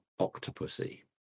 Octopussy